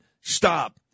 stop